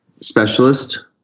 specialist